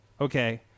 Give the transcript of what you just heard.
Okay